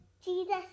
Jesus